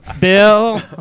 Bill